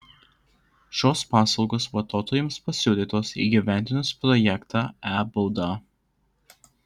šios paslaugos vartotojams pasiūlytos įgyvendinus projektą e bauda